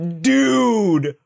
dude